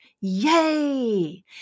Yay